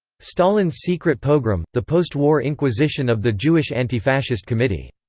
stalin's secret pogrom the postwar inquisition of the jewish anti-fascist committee.